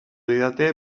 didate